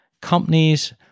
companies